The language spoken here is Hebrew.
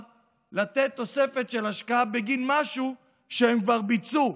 לתת תוספת של השקעה בגין משהו שהם כבר ביצעו,